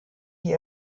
die